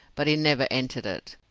but he never entered it.